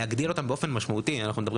להגדיל אותם באופן משמעותי: אנחנו מדברים